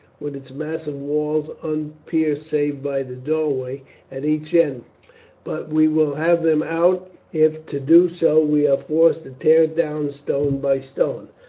with its massive walls unpierced save by the doorway at each end but we will have them out if to do so we are forced to tear down stone by stone.